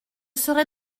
serai